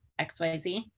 XYZ